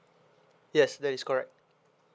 yes that is correct